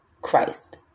Christ